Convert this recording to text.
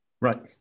Right